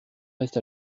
reste